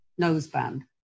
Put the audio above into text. noseband